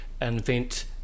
invent